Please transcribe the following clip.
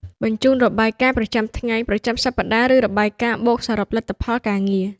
បញ្ជូន របាយការណ៍ ប្រចាំថ្ងៃ ប្រចាំសប្តាហ៍ ឬរបាយការណ៍បូកសរុបលទ្ធផលការងារ។